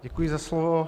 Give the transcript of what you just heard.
Děkuji za slovo.